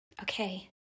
okay